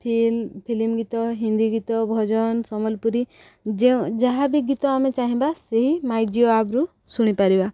feel film ଗୀତ ହିନ୍ଦୀ ଗୀତ ଭଜନ ସମ୍ବଲପୁରୀ ଯେଉଁ ଯାହାବି ଗୀତ ଆମେ ଚାହିଁବା ସେହି ମାଇଁ ଜିଓ ଆପ୍ରୁ ଶୁଣିପାରିବା